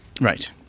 Right